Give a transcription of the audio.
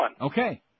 Okay